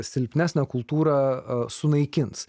silpnesnę kultūrą sunaikins